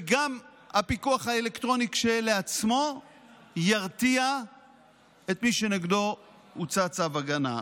הפיקוח האלקטרוני כשלעצמו גם ירתיע את מי שנגדו הוצא צו ההגנה,